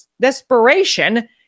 desperation